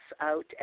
Out